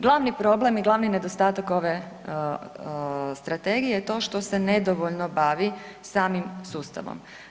Glavni problem i glavni nedostatak ove strategije je to što se nedovoljno bavi samim sustavom.